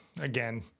again